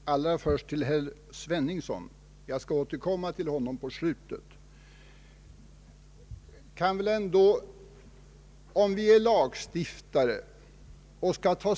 Herr talman! Allra först vill jag säga till herr Sveningsson — jag skall återkomma till honom i slutet av mitt anförande — att om vi är lagstiftare och skall ta